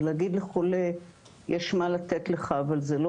אבל להגיד לחולה יש לי מה לתת לך אבל זה לא